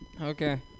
Okay